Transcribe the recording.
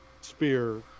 Spear